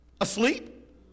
asleep